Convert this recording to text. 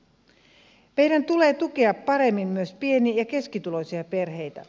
meidän tulee tukea paremmin myös pieni ja keskituloisia perheitä